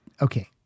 okay